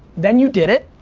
then you did it.